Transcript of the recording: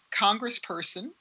congressperson